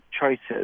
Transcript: choices